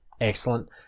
Excellent